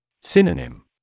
Synonym